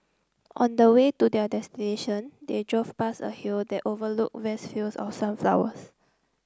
on the way to their destination they drove past a hill that overlooked vast fields of sunflowers